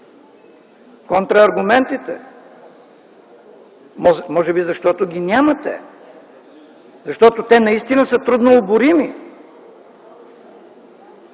контрааргументите? Може би, защото ги нямате. Защото те наистина са труднооборими.